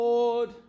Lord